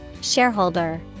Shareholder